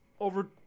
Over